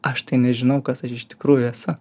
aš tai nežinau kas iš tikrųjų esu